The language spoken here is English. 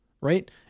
Right